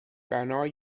بنای